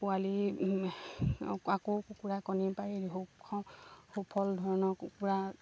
পোৱালি আকৌ কুকুৰা কণী পাৰি সুখ সুফল ধৰণৰ কুকুৰা